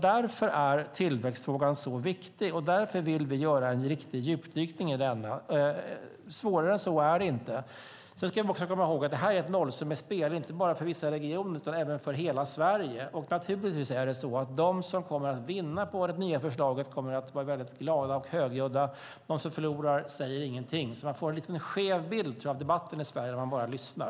Därför är tillväxtfrågan så viktig, och därför vill vi göra en riktig djupdykning i den. Svårare än så är det inte. Vi ska komma ihåg att detta är ett nollsummespel, inte bara för vissa regioner utan för hela Sverige. De som vinner på det nya förslaget kommer naturligtvis att vara väldigt glada och högljudda, och de som förlorar säger ingenting, så man får en skev bild av debatten i Sverige om man bara lyssnar.